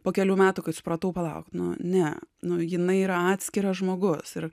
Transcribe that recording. po kelių metų kai supratau palauk nu ne nu jinai yra atskiras žmogus ir